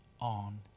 on